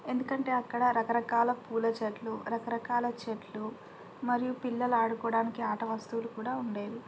ఎందుకంటే అక్కడ రకరకాల పూల చెట్లు రకరకాల చెట్లు మరియు పిల్లలు ఆడుకోవడానికి ఆట వస్తువులు కూడా ఉండేవి